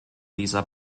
dieser